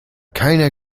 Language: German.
keiner